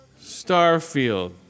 Starfield